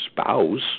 spouse